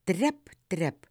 trep trep